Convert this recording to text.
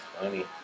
funny